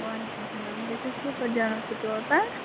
وعلیکُم سَلام تُہۍ چھُو سوٗپَر جنَرل سِٹور پٮ۪ٹھ